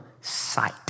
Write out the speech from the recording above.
sight